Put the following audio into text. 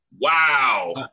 Wow